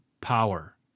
power